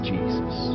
Jesus